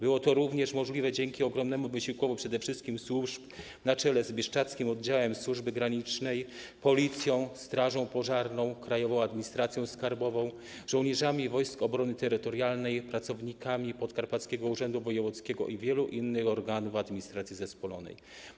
Było to również możliwe dzięki ogromnemu wysiłkowi przede wszystkim służb na czele z Bieszczadzkim Oddziałem Straży Granicznej, Policją, Strażą Pożarną, Krajową Administracją Skarbową, żołnierzami Wojsk Obrony Terytorialnej, pracownikami Podkarpackiego Urzędu Wojewódzkiego i wielu innych organów administracji zespolonej.